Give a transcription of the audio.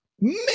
Man